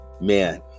man